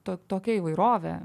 to tokia įvairovė